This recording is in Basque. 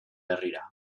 herrira